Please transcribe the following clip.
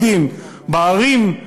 בערים,